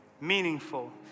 meaningful